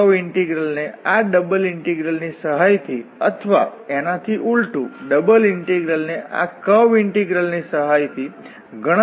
આ કર્વ ઇન્ટિગ્રલને આ ડબલ ઇન્ટિગ્રલની સહાયથી અથવા એનાથી ઊલટુ ડબલ ઇન્ટિગ્રલને આ કર્વ ઇન્ટિગ્રલની સહાયથી ગણતરી કરી શકાય છે